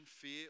fear